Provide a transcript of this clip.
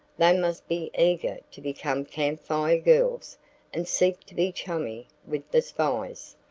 they must be eager to become camp fire girls and seek to be chummy with the spies.